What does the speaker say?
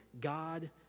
God